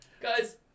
Guys